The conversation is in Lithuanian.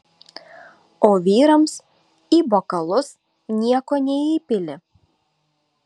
o vyrams į bokalus nieko neįpili